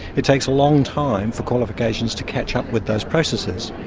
it takes a long time for qualifications to catch up with those processes.